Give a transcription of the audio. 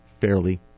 fairly